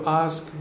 ask